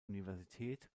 universität